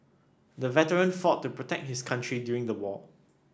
the veteran fought to protect his country during the war